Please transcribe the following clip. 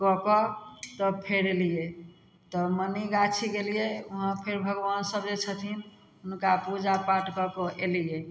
कऽ कऽ तब फेर अयलियै तब मनीगाछी गेलियै वहाँ फेर भगवान सब जे छथिन हुनका पूजा पाठ कऽ कऽ अयलियै